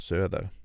Söder